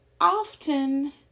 often